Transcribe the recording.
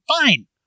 Fine